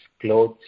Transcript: clothes